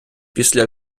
після